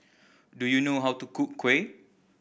do you know how to cook kuih